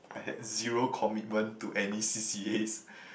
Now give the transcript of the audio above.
I had zero commitment to any c_c_as